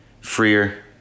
freer